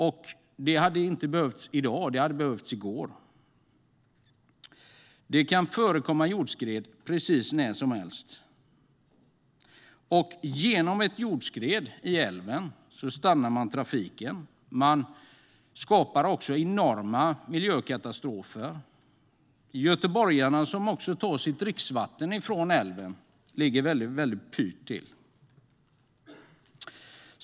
Det behövs inte i dag, utan det hade behövts i går. Det kan förekomma jordskred precis när som helst. Om det blir ett jordskred i älven stannar trafiken. Det skapas också enorma miljökatastrofer. Göteborgarna som tar sitt dricksvatten från älven ligger mycket pyrt till.